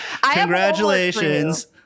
Congratulations